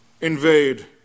invade